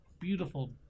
beautiful